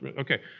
okay